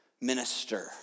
minister